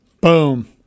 Boom